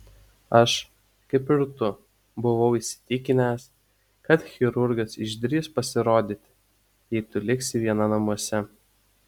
aš kaip ir tu buvau įsitikinęs kad chirurgas išdrįs pasirodyti jei tu liksi viena namuose